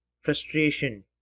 frustration